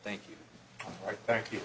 thank you thank you